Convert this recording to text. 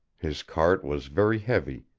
his cart was very heavy,